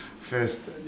first